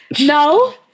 no